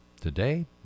today